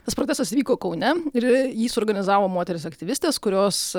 tas procesas įvyko kaune ir jį suorganizavo moterys aktyvistės kurios